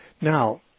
Now